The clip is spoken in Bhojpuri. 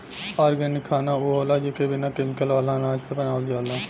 ऑर्गेनिक खाना उ होला जेके बिना केमिकल वाला अनाज से बनावल जाला